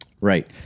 Right